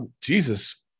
Jesus